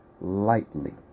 lightly